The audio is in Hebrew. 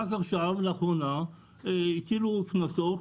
רק עכשיו לאחרונה הטילו קנסות,